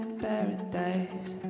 paradise